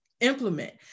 implement